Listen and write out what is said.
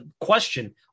question